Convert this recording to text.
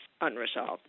unresolved